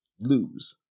lose